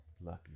Lucky